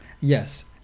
Yes